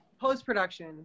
post-production